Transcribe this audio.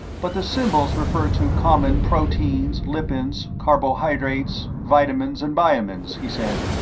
but the symbols refer to common proteins, lipins, carbohydrates, vitamins, and biomins, he said.